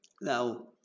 Now